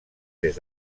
des